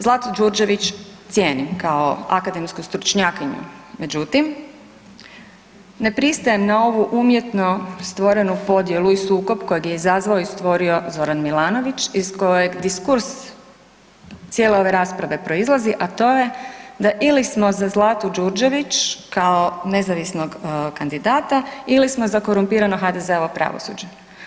Zlatu Đurđević cijenim kao akademsku stručnjakinju, međutim ne pristajem na ovu umjetno stvorenu podjelu i sukob kojeg je izazvao i stvorio Zoran Milanović iz kojeg diskurs cijele ove rasprave proizlazi a to je da ili smo za Zlatu Đurđević kao nezavisnog kandidata ili smo za korumpirano HDZ-ovo pravosuđe.